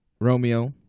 Romeo